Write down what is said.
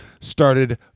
started